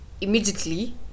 Immediately